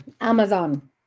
Amazon